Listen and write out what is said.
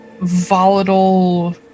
volatile